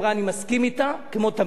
אני מסכים אתה כמו תמיד.